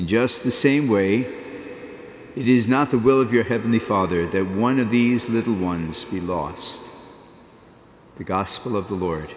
just the same way it is not the will of your heavenly father that one of these little ones he launched the gospel of the lord